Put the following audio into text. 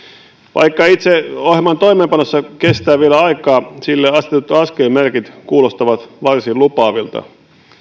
vaikka itse ohjelman toimeenpanossa kestää vielä aikaa sille asetetut askelmerkit kuulostavat varsin lupaavilta